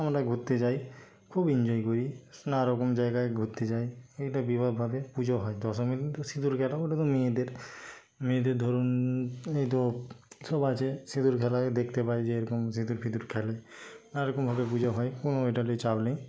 আমরা ঘুরতে যাই খুব এনজয় করি নানারকম জায়গায় ঘুরতে যাই এইটা বিভাভাবে পুজো হয় দশমীর দিন তো সিঁদুর খেলা ওটা তো মেয়েদের মেয়েদের ধরুন এই তো কী সব আছে সিঁদুর খেলা এই দেখতে পাই যে এরকম সিঁদুর ফিদুর খেলে নানা রকমভাবে পুজো হয় কোনো এটা নিয়ে চাপ নেই